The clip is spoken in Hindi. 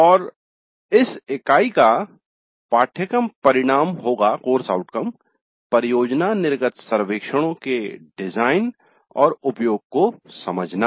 और इस इकाई का पाठ्यक्रम परिणाम होगा परियोजना निर्गत सर्वेक्षणों के डिजाइन और उपयोग को समझना